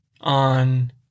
on